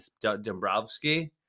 Dombrowski